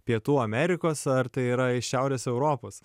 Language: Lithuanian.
pietų amerikos ar tai yra iš šiaurės europos